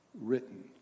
written